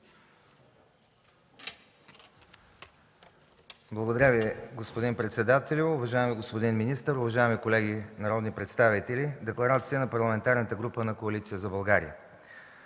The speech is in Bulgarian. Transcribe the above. Благодаря Ви, господин председателю. Уважаеми господин министър, уважаеми колеги народни представители, Декларация на Парламентарната група на Коалиция за България.